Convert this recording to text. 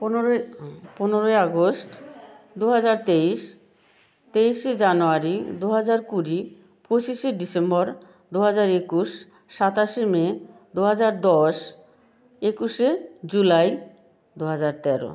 পনেরোই পনেরোই আগস্ট দু হাজার তেইশ তেইশে জানুয়ারি দু হাজার কুড়ি পঁচিশে ডিসেম্বর দু হাজার একুশ সাতাশে মে দু হাজার দশ একুশে জুলাই দু হাজার তেরো